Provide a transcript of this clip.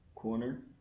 Corner